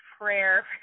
prayer